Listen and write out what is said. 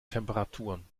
temperaturen